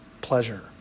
pleasure